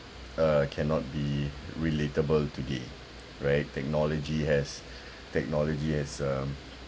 uh cannot be relatable today right technology has technology has um